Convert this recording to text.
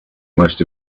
most